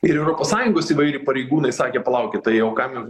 ir europos sąjungos įvairiai pareigūnai sakė palaukit tai jau kam jums